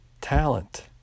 talent